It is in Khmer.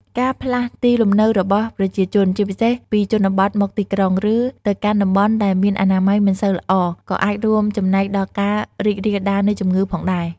ការផ្លាស់ទីលំនៅរបស់ប្រជាជន ជាពិសេសពីជនបទមកទីក្រុង ឬទៅកាន់តំបន់ដែលមានអនាម័យមិនសូវល្អ ក៏អាចរួមចំណែកដល់ការរីករាលដាលនៃជំងឺផងដែរ។